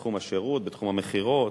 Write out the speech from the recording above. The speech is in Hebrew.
בתחום השירות, בתחום המכירות,